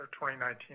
2019